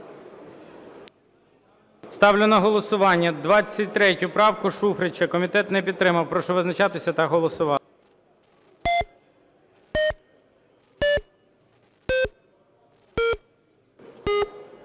Ставлю на голосування 23 правку Шуфрича. Комітет не підтримав. Прошу визначатися та голосувати.